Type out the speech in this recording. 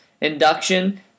induction